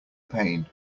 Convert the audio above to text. pain